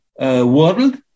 world